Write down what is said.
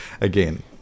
again